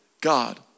God